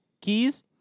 Keys